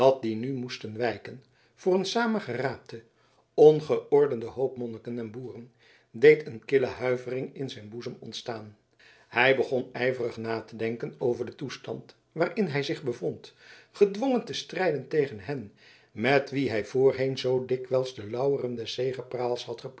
die nu moesten wijken voor een saamgeraapten ongeordenden hoop monniken en boeren deed een kille huivering in zijn boezem ontstaan hij begon ijverig na te denken over den toestand waarin hij zich bevond gedwongen te strijden tegen hen met wie hij voorheen zoo dikwijls de lauweren des